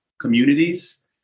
communities